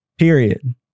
Period